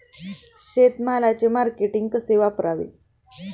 शेतमालाचे मार्केटिंग कसे करावे?